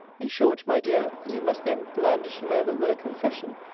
in short, my dear, you must then blandish him over with a confession,